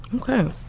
Okay